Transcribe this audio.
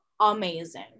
amazing